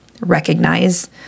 recognize